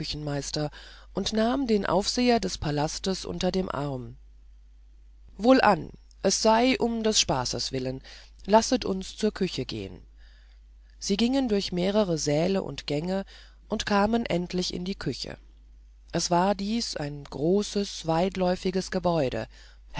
küchenmeister und nahm den aufseher des palastes unter dem arme wohlan es sei um des spaßes willen lasset uns zur küche gehen sie gingen durch mehrere säle und gänge und kamen endlich in die küche es war dies ein großes weitläufiges gebäude